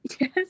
yes